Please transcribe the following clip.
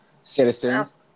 citizens